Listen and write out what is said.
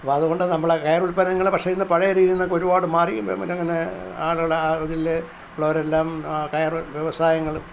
അപ്പം അതുകൊണ്ട് നമ്മൾ കയറുത്പന്നങ്ങൾ പക്ഷെ ഇന്നു പഴയ രീതിയിൽ നിന്നൊക്കെ ഒരുപാട് മാറി മറ്റെ അങ്ങനെ ആളുകളെ ആ ഇതിൽ ഉള്ളവരെല്ലാം കയർ വ്യവസായങ്ങൾ